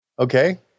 Okay